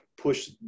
push